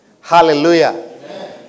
Hallelujah